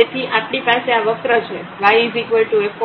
તેથી આપણી પાસે આ વક્ર છે yf